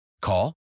Call